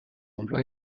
emplois